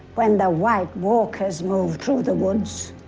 when the white walkers moved through the woods.